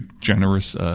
generous